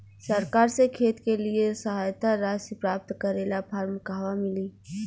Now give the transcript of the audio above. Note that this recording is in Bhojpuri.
सरकार से खेत के लिए सहायता राशि प्राप्त करे ला फार्म कहवा मिली?